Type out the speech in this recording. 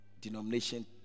denomination